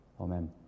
Amen